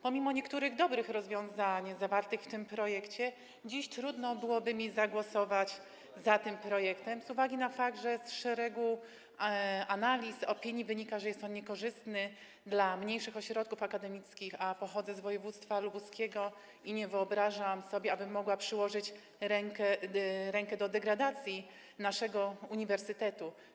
Pomimo niektórych dobrych rozwiązań zawartych w tym projekcie, dziś trudno byłoby mi zagłosować za tym projektem z uwagi na fakt, że z szeregu analiz, opinii wynika, że jest on niekorzystny dla mniejszych ośrodków akademickich, a pochodzę z województwa lubuskiego i nie wyobrażam sobie, abym mogła przyłożyć rękę do degradacji naszego uniwersytetu.